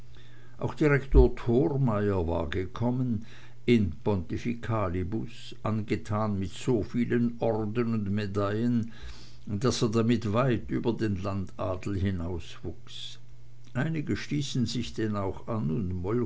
auch direktor thormeyer war gekommen in pontificalibus angetan mit so vielen orden und medaillen daß er damit weit über den landadel hinauswuchs einige stießen sich denn auch an und